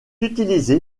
utilisé